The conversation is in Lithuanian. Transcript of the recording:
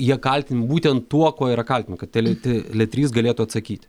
jie kaltin būtent tuo kuo yra kaltinami kad tele trys galėtų atsakyti